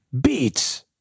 Beats